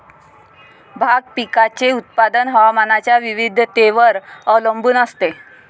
भाग पिकाचे उत्पादन हवामानाच्या विविधतेवर अवलंबून असते